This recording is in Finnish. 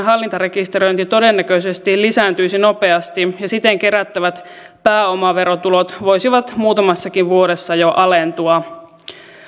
hallintarekisteröinti todennäköisesti lisääntyisi nopeasti ja siten kerättävät pääomaverotulot voisivat jo muutamassakin vuodessa alentua